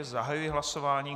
Zahajuji hlasování.